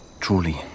truly